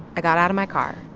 i got out of my car.